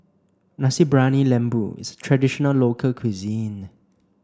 Nasi Briyani Lembu is a traditional local cuisine